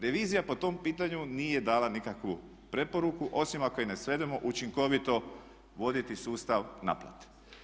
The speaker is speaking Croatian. Revizija po tom pitanju nije dala nikakvu preporuku osim ako je ne svedemo učinkovito voditi sustav naplate.